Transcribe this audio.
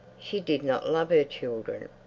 she did not love her children.